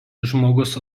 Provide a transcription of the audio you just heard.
žmogus